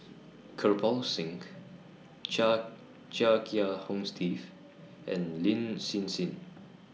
Kirpal Singh Chia Chia Kiah Hong Steve and Lin Hsin Hsin